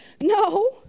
No